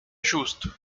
justo